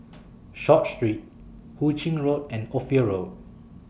Short Street Hu Ching Road and Ophir Road